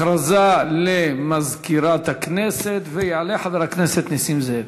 הכרזה למזכירת הכנסת, ויעלה חבר הכנסת נסים זאב.